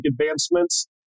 advancements